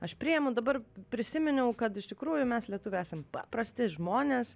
aš priėmu dabar prisiminiau kad iš tikrųjų mes lietuviai esam paprasti žmonės